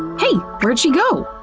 hey! where'd she go?